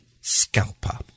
scalper